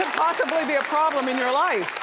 be a problem in your life?